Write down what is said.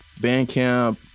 Bandcamp